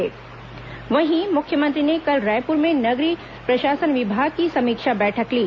समीक्षा बैठक वहीं मुख्यमंत्री ने कल रायपुर में नगरीय प्रशासन विभाग की समीक्षा बैठक ली